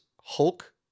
Hulk